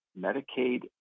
Medicaid